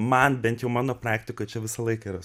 man bent jau mano praktika čia visą laiką yra